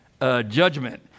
judgment